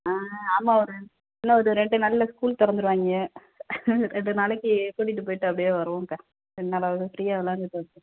ஆ ஆமாம் ஒரு இன்னும் ஒரு ரெண்டு நாளில் ஸ்கூல் திறந்துருவாய்ங்க ரெண்டு நாளைக்கு கூட்டிட்டு போய்ட்டு அப்படியே வருவோம்க்கா ரெண்டு நாளாவது ஃப்ரீயாக விளையாண்டுட்டு வரட்டும்